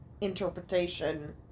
interpretation